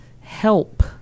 Help